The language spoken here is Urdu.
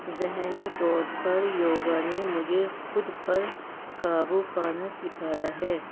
ذہنی طور پر یوگا نے مجھے خود پر قابو پانا سکھایا ہے